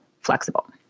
flexible